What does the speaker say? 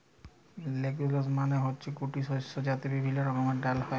legumes মালে হচ্যে গুটি শস্য যাতে বিভিল্য রকমের ডাল হ্যয়